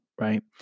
right